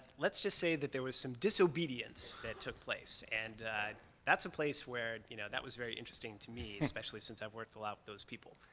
let's just say that there was some disobedience that took place, and that's a place where you know, that was very interesting to me, especially since i've worked a lot with those people,